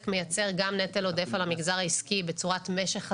מייצר גם נטל עודף על המגזר העסקי בצורת משך הזמן.